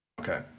Okay